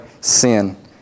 sin